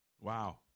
Wow